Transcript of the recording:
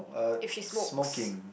if he's smokes